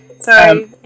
Sorry